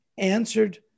answered